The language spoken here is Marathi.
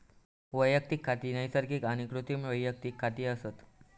वैयक्तिक खाती नैसर्गिक आणि कृत्रिम वैयक्तिक खाती असत